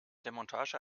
demontage